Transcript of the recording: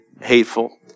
hateful